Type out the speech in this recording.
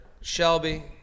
Shelby